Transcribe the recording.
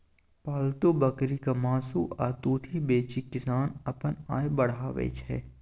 पालतु बकरीक मासु आ दुधि बेचि किसान अपन आय बढ़ाबै छै